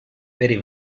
very